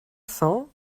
cents